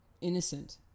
innocent